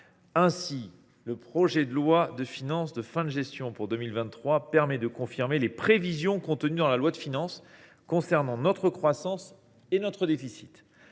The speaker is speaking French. Ainsi, le projet de loi de finances de fin de gestion pour 2023 permet de confirmer les prévisions contenues dans la loi de finances initiale concernant notre croissance et notre déficit.